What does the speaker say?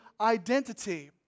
identity